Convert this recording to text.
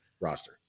roster